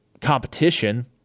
competition